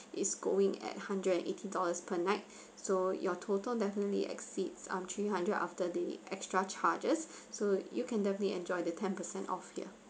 is going at hundred and eighty dollars per night so your total definitely exceeds of three hundred after the extra charges so you can definitely enjoy the ten percent off yeah